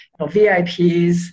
VIPs